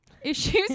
issues